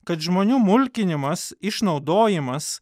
kad žmonių mulkinimas išnaudojimas